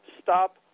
Stop